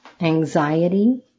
anxiety